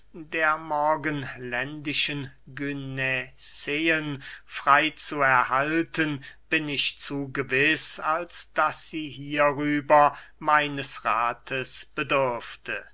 der morgenländischen gynäzeen frey zu erhalten bin ich zu gewiß als daß sie hierüber meines rathes bedürfte